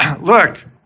look